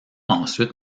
ensuite